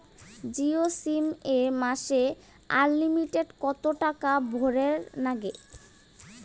Jio SIM এ মাসে unlimited কত টাকা ভরের নাগে?